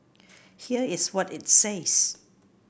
here is what it says